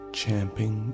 champing